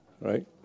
right